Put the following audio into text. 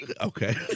Okay